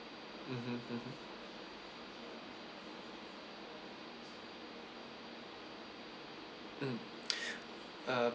mmhmm mmhmm mm uh